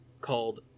called